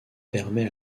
permet